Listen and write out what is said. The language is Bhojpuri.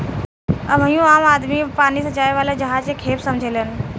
अबहियो आम आदमी पानी से जाए वाला जहाज के खेप समझेलेन